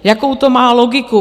Jakou to má logiku?